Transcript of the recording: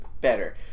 better